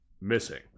missing